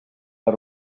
per